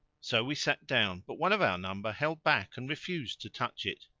so we sat down, but one of our number held back and refused to touch it.